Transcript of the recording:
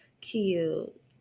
cute